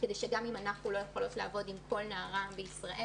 כדי שגם אם אנחנו לא יכולות לעבוד עם כל נערה בישראל,